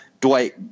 Dwight